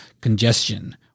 congestion